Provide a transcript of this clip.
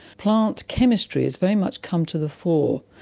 plant chemistry has very much come to the fore,